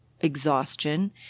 exhaustion